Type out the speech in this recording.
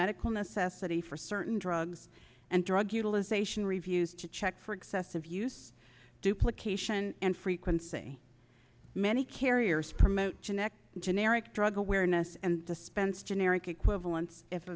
medical necessity for certain drugs and drug utilization reviews to check for excessive use duplications and frequency many carriers promote generic generic drug awareness and dispense generic equivalents if